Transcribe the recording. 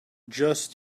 just